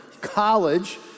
college